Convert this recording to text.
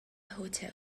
hotel